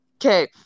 Okay